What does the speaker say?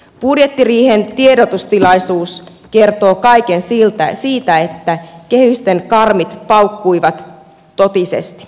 budjettiriihen tiedotustilaisuus kertoo kaiken siitä että kehysten karmit paukkuivat totisesti